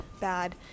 bad